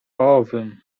owym